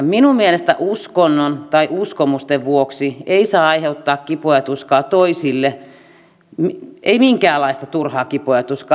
minun mielestäni uskonnon tai uskomusten vuoksi ei saa aiheuttaa kipua ja tuskaa toisille ei minkäänlaista turhaa kipua ja tuskaa